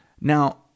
Now